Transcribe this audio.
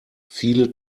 viele